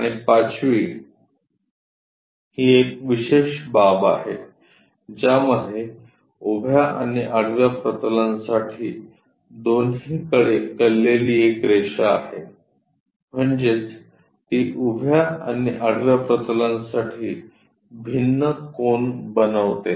आणि पाचवी ही एक विशेष बाब आहे ज्यामध्ये उभ्या आणि आडव्या प्रतलांसाठी दोन्हीकडे कललेली एक रेषा आहे म्हणजेच ती उभ्या आणि आडव्या प्रतलांसाठी भिन्न कोन बनविते